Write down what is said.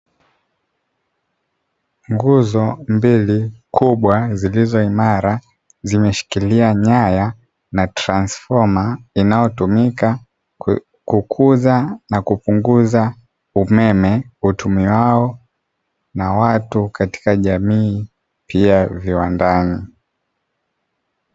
Nguzo kubwa mbili zilizo imara, zimeshikilia nyaya na transifoma inayotumika kukuza na kupunguza umeme utumiwao na watu katika jamii pia viwandani.